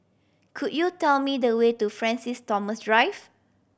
could you tell me the way to Francis Thomas Drive